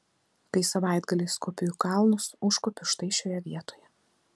kai savaitgaliais kopiu į kalnus užkopiu štai šioje vietoje